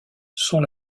sont